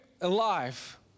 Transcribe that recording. alive